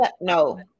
No